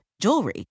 Jewelry